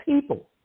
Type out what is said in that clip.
people